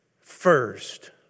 first